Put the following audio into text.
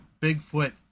Bigfoot